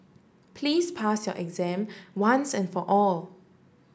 please pass your exam once and for all